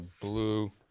blue